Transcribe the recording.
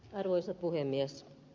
arvoisa puhemies